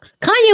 Kanye